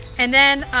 and then